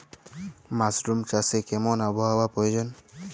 Mushroom চাষে কেমন আবহাওয়ার প্রয়োজন?